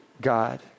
God